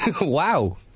Wow